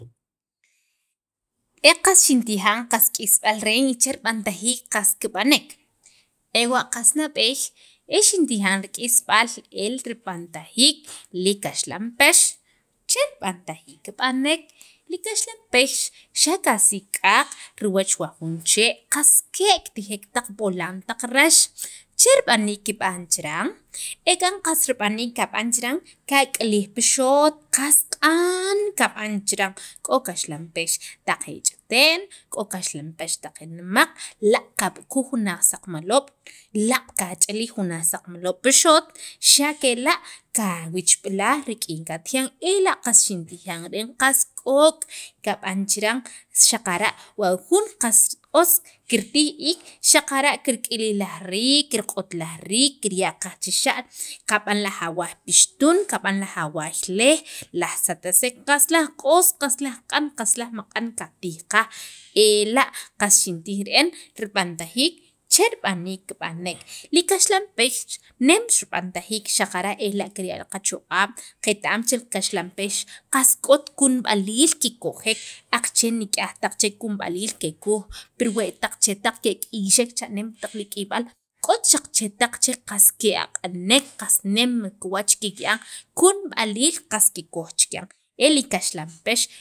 e qas xintijan qas k'isb'al re'en che rib'antajiik qas kib'anek, ewa' qas nab'eey el rib'antajiik li kaxlanpex, che rib'antajiik kib'anek li kaxlanpex xa' kasiq'aq riwach jun chee' qas ke' kitijek taq b'olan, taq rax che rib'aniik kib'an chiran ek'an qas rib'aniik kab'an chiran k'o kaxlanpex taq ch'ite'n k'o kaxlanpex taq nemaq laaq' kab'ukuj jun asaqmaloob' laaq' kach'ilij jun asaqmaloob' pi xoot xa' kela' kawichb'ilaj rik'in katijan ela' qas xintijan re'en qas k'ok' kab'an chiran xaqara' wa jun qas otz kirtij iik xaqara' kirk'ilij laj riik kirq'ut laj riik, kirya' qaj chixa'l kab'an laj awaay pixtun, kab'an laj awaay leej laj satsek qas laj q'os qas laj q'an qas laj maq'an qatijqaj ela' qas xintij re'en rib'antajiik che rib'aniik kib'anek li kaxlanpex nem rib'antajiik xaqara' ela' kirya' qachoq'ab' qet- am che li kaxlanpex qas k'ot kunb'aliil kikojek aqache' nik'yaj chek kunub'aliil pirwe' taq chetaq kik'iyxek cha'neem pi taq k'iyb'al k'ot qas chetaq qas ke'ak'anek qas nem kiwach kikya'an kunb'aliil qas kokoj chiran e li kaxlanpex